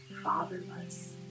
fatherless